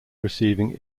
receiving